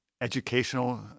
educational